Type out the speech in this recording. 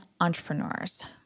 entrepreneurs